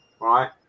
right